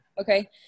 Okay